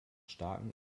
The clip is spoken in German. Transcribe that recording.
starken